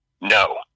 No